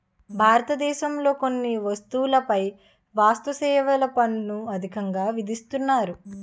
భారతదేశంలో కొన్ని వస్తువులపై వస్తుసేవల పన్ను అధికంగా విధిస్తున్నారు